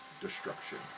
destruction